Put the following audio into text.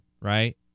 right